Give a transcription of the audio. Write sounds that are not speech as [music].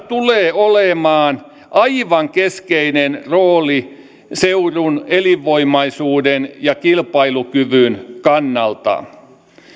[unintelligible] tulee olemaan aivan keskeinen rooli seudun elinvoimaisuuden ja kilpailukyvyn kannalta